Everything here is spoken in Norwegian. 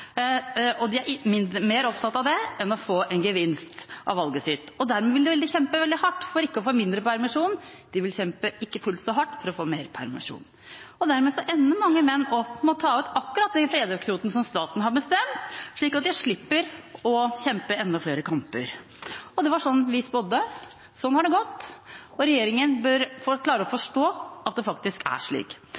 de er mer opptatt av det enn av å få en gevinst av valget sitt. Dermed vil de kjempe veldig hardt for ikke å få mindre permisjon og ikke fullt så hardt for å få mer permisjon, og dermed ender mange menn opp med å ta ut akkurat den fedrekvoten som staten har bestemt, slik at de slipper å kjempe enda flere kamper. Dette spådde vi, og sånn har det gått, og regjeringen bør klare å forstå at det faktisk er slik.